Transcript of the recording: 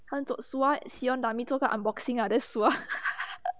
换做 sua 喜欢 dami 做个 unboxing ah then sua